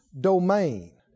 domain